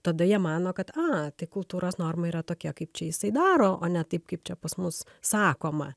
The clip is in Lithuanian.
tada jie mano kad a tai kultūros norma yra tokia kaip čia jisai daro o ne taip kaip čia pas mus sakoma